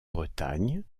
bretagne